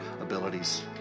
abilities